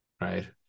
Right